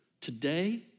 Today